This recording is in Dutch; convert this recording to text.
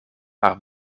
maar